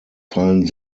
fallen